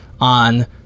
on